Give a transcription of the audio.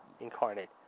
incarnate